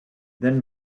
then